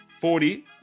Forty